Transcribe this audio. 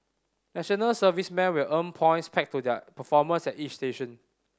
national servicemen will earn points pegged to their performance at each station